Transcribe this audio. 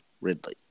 Ridley